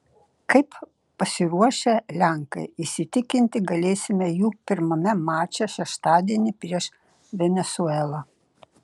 kaip pasiruošę lenkai įsitikinti galėsime jų pirmame mače šeštadienį prieš venesuelą